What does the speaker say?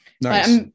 nice